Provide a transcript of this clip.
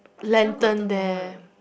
Chinatown got 灯笼 right